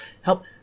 help